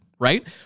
right